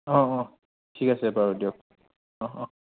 অঁ অঁ ঠিক আছে বাৰু দিয়ক অঁ অঁ